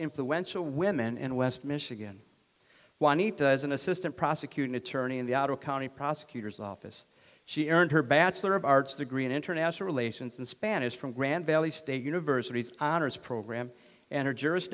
influential women in west michigan juanita as an assistant prosecuting attorney in the outer county prosecutor's office she earned her bachelor of arts degree in international relations and spanish from grand valley state university's honors program and her jur